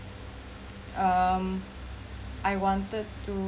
um I wanted to